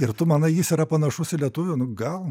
ir tu manai jis yra panašus į lietuvį nu gal